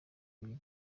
nibiri